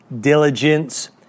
diligence